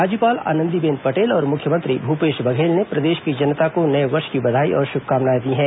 राज्यपाल आनंदीबेन पटेल और मुख्यमंत्री भूपेश बंधेल ने प्रदेश की जनता को नये वर्ष की बधाई और शुभकामनाए दी हैं